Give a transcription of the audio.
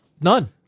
None